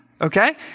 Okay